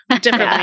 Different